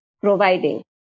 providing